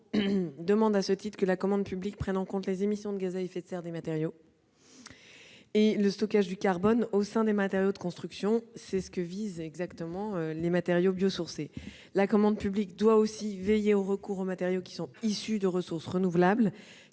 du code de l'environnement dispose que la commande publique doit prendre en compte les émissions de gaz à effet de serre des matériaux et le stockage du carbone au sein des matériaux de construction, ce que visent les matériaux biosourcés. La commande publique doit aussi veiller « au recours des matériaux issus de ressources renouvelables